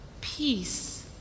peace